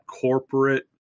corporate